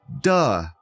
duh